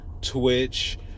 Twitch